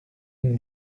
une